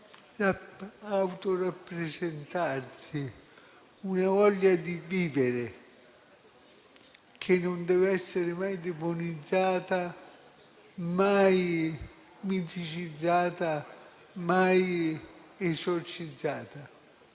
autorappresentarsi, che non deve essere mai demonizzata, mai miticizzata, mai esorcizzata.